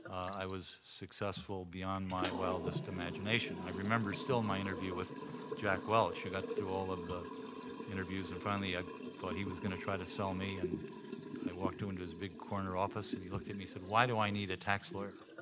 i was successful beyond my wildest imagination. i remember still my interview with jack welch, who got through all of the interviews. and finally, i thought he was gonna try to sell me. and i walked into his big corner office, and he looked at me, said, why do i need a tax lawyer?